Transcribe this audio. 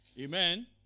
Amen